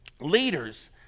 leaders